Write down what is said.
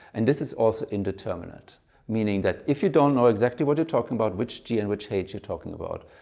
and this is also indeterminate meaning that if you don't know exactly what you're talking, about which g and which h you're talking about,